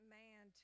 man